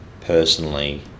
personally